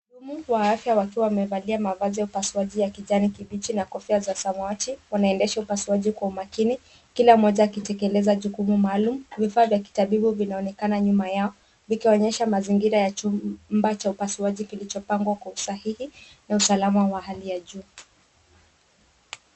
Wahudumu wa afya wakiwa wamevalia mavazi ya upasuaji ya kijani kibichi na kofia za samawati wanaendesha upasuaji kwa umakini, kila mmoja akitekeleza jukumu maalum. Vifaa vya kitabibu vinaonekana nyuma yao vikionyesha mazingira ya chumba cha upasuaji kilichopangwa kwa usahihi na usalama wa hali ya juu.